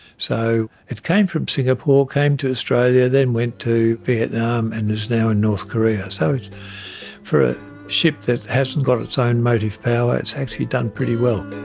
so it came from singapore, came to australia, then went to vietnam and is now in north korea. so for a ship that hasn't got its own motive power it's actually done pretty well.